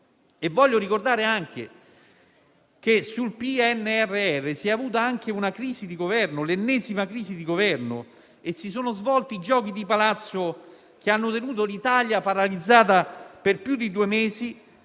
Voglio ricordare anche che sul PNRR si è avuta una crisi di Governo - l'ennesima - e si sono svolti giochi di palazzo che hanno tenuto l'Italia paralizzata per più di due mesi,